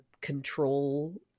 control